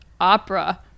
opera